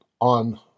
on